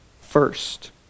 First